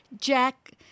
Jack